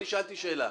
אני שאלתי שאלה.